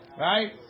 Right